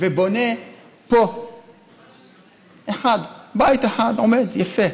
ובונה פה בית אחד עומד, יפה.